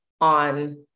on